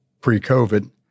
pre-covid